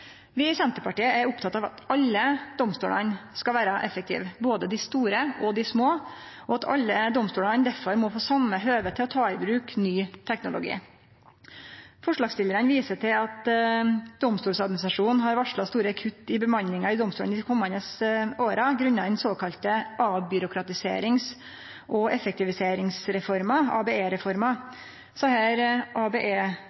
Vi i Senterpartiet er opptekne av at alle domstolane skal vere effektive, både dei store og dei små, og at alle domstolane derfor må få same høve til å ta i bruk ny teknologi. Forslagsstillarane viser til at Domstoladministrasjonen har varsla store kutt i bemanninga i domstolane dei komande åra grunna den såkalla avbyråkratiserings- og effektiviseringsreforma,